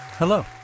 Hello